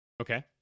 Okay